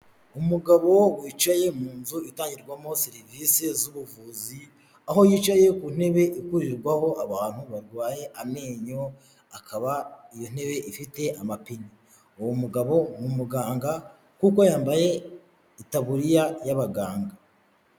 Umugabo wicaye mu nzu itangirwamo serivisi z'ubuvuzi, aho yicaye ku ntebe ivurirwaho abantu barwaye amenyo akaba iyo ntebe ifite amapine uwo mugabo ni umuganga kuko yambaye itaburiya y'abaganga.